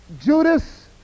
Judas